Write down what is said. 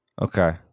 Okay